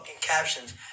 captions